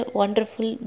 wonderful